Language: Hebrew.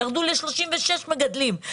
ירדו ל-36 מגדלים,